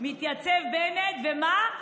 מתייצב בנט, ומה?